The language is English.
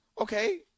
Okay